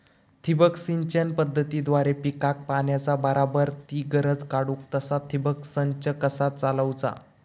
ठिबक सिंचन पद्धतीद्वारे पिकाक पाण्याचा बराबर ती गरज काडूक तसा ठिबक संच कसा चालवुचा?